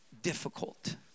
difficult